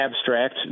abstract